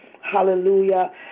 Hallelujah